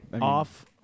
off